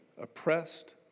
oppressed